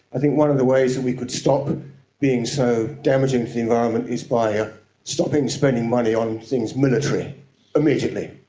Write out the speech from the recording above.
i think one of the ways that we could stop being so damaging to the environment is by ah stopping spending money on things military immediately.